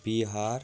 Bihar